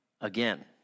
again